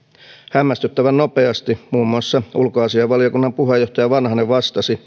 hämmästyttävän nopeasti muun muassa ulkoasiainvaliokunnan puheenjohtaja vanhanen vastasi